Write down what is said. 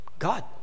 God